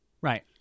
Right